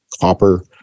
Copper